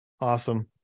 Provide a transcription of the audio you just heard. Awesome